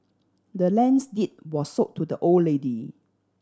the land's deed was sold to the old lady